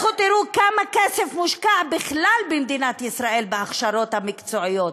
לכו תראו כמה כסף מושקע בכלל במדינת ישראל בהכשרות המקצועיות.